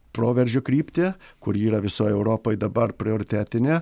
proveržio kryptį kuri yra visoj europoj dabar prioritetinė